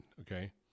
okay